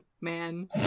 man